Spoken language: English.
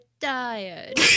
tired